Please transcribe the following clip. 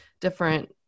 different